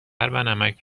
نمک